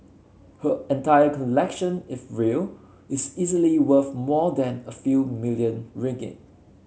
her entire collection if real is easily worth more than a few million ringgit